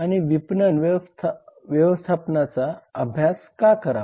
आणि विपणन व्यवस्थापनाचा अभ्यास का करावा